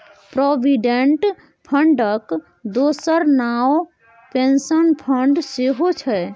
provident फंडक दोसर नाओ पेंशन फंड सेहौ छै